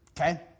Okay